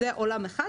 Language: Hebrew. זה עולם אחד.